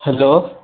hello